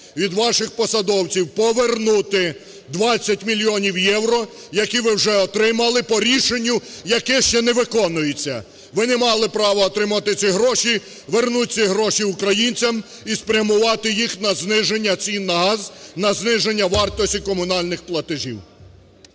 від ваших посадовців повернути 20 мільйонів євро, які ви вже отримали по рішенню, яке ще не виконується. Ви не мали права отримувати ці гроші. Вернуть ці гроші українцям і спрямувати їх на зниження цін на газ, на зниження вартості комунальних платежів.